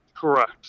Correct